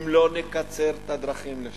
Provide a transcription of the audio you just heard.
אם לא נקצר את הדרכים לשם,